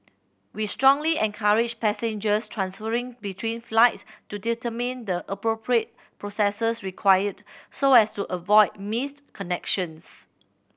we strongly encourage passengers transferring between flights to determine the appropriate processes required so as to avoid missed connections